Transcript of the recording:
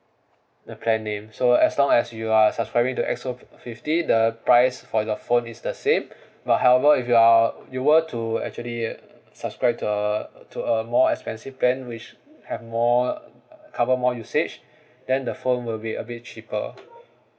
the plan name so as long as you are subscribing to X_O fif~ fifty the price for your phone is the same but however if you're you were to actually subscribe to a to a more expensive plan which have more uh cover more usage then the phone will be a bit cheaper